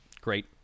great